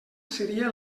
seria